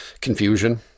confusion